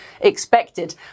expected